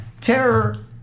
Terror